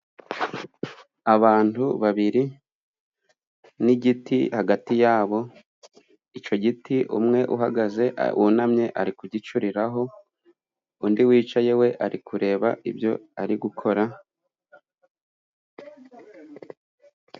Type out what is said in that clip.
Abantu babiri n'igiti hagati yabo ico giti umwe uhagaze wunamye ari kugicuriraho undi wicaye we ari kureba ibyo ari gukora.